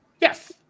yes